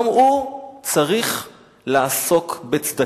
גם הוא צריך לעסוק בצדקה.